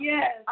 Yes